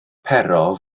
pero